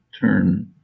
turn